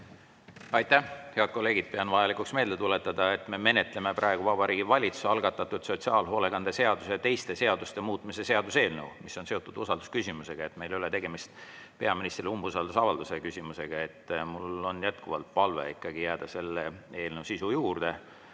Aitäh! Head kolleegid, pean vajalikuks meelde tuletada, et me menetleme praegu Vabariigi Valitsuse algatatud sotsiaalhoolekande seaduse ja teiste seaduste muutmise seaduse eelnõu, mis on seotud usaldusküsimusega. Meil ei ole tegemist peaministrile umbusalduse avaldamise küsimusega. Mul on jätkuvalt palve ikkagi jääda selle eelnõu sisu juurde.